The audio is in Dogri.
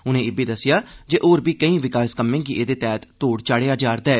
उनें इब्बी दस्सेआ जे होर बी केई विकास कम्में गी एहदे तैहत तोढ़ चाढ़ेआ जा'रदा ऐ